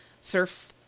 surf